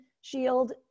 Shield